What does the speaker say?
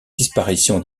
disparition